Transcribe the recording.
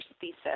thesis